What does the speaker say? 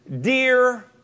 Dear